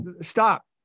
stop